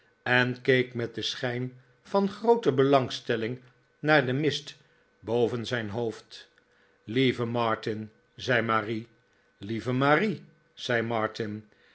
en keek met den schijn van groote belangstelling naar den mist boven zijn hoofd it lieve martin zei marie lieve marie